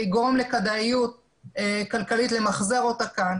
לגרום לכדאיות כלכלית למחזר אותה כאן